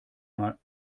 mal